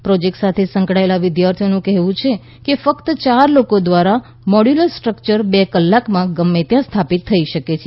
project સાથે સંકળાયેલા વિદ્યાર્થીઓનું કહેવું છે કે ફક્ત ચાર લોકો દ્વારા મોડ્યુલર સ્ટ્રક્ચર બે કલાકમાં ગમે ત્યાં સ્થાપિત થઈ શકે છે